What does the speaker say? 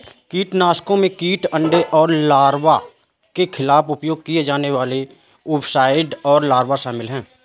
कीटनाशकों में कीट अंडे और लार्वा के खिलाफ उपयोग किए जाने वाले ओविसाइड और लार्वा शामिल हैं